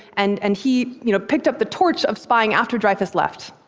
and and he you know picked up the torch of spying after dreyfus left.